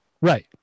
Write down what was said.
Right